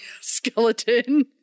skeleton